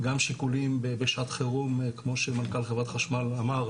גם שיקולים בשעת חירום כמו שמנכ"ל חברת חשמל אמר,